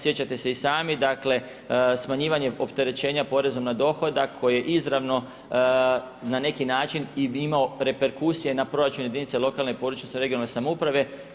Sjećate se i sami, dakle, smanjivanje opterećenja porezom na dohodak, koji je izravno na neki način i imao reperkusije na proračun jedinice na lokalne područne, regionalne samouprave.